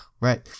right